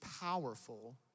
powerful